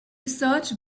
search